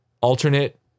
alternate